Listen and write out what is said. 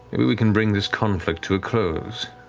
we we can bring this conflict to a close.